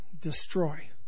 destroy